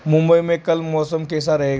मुंबई में कल मौसम कैसा रहेगा